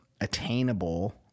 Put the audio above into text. attainable